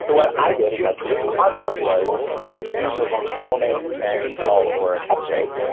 so what i did in my proof of concept was as zoom was performing its install or an upgrade,